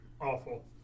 Awful